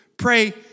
Pray